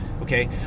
Okay